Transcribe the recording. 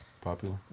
popular